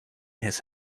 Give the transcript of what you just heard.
his